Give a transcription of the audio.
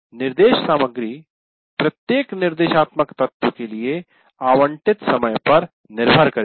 निर्देश सामग्री प्रत्येक निर्देशात्मक तत्व के लिए आवंटित समय पर निर्भर करेगी